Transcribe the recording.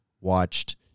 watched